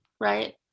right